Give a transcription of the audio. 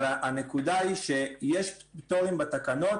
אבל הנקודה היא שיש פטורים בתקנות